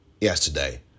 Yesterday